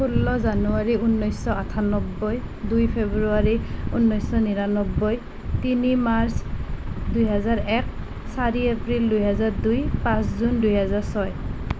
ষোল্ল জানুৱাৰী উনৈছশ আঠানব্বৈ দুই ফ্ৰেব্ৰুৱাৰী উনৈছশ নিৰানব্বৈ তিনি মাৰ্চ দুহেজাৰ এক চাৰি এপ্ৰিল দুহেজাৰ দুই পাঁচ জুন দুহেজাৰ ছয়